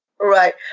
Right